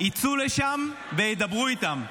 יצאו לשם וידברו איתם.